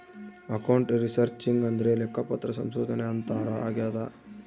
account researching ಅಂದ್ರೆ ಲೆಕ್ಕಪತ್ರ ಸಂಶೋಧನೆ ಅಂತಾರ ಆಗ್ಯದ